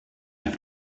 have